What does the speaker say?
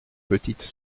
petites